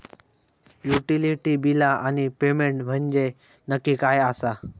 Utility बिला आणि payment म्हंजे नक्की काय आसा?